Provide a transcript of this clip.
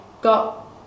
got